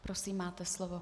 Prosím, máte slovo.